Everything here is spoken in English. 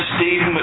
Steve